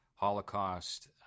Holocaust